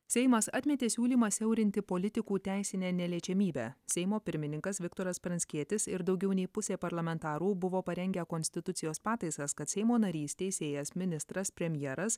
seimas atmetė siūlymą siaurinti politikų teisinę neliečiamybę seimo pirmininkas viktoras pranckietis ir daugiau nei pusė parlamentarų buvo parengę konstitucijos pataisas kad seimo narys teisėjas ministras premjeras